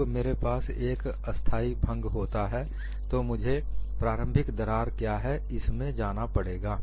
जब मेरे पास एक स्थाई भंग होता है तो मुझे प्रारंभिक दरार क्या है इसमें जाना पड़ेगा